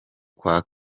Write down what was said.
kwa